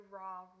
raw